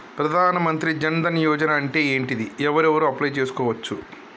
ప్రధాన మంత్రి జన్ ధన్ యోజన అంటే ఏంటిది? ఎవరెవరు అప్లయ్ చేస్కోవచ్చు?